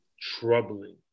troubling